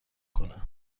کنه